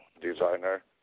Designer